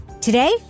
Today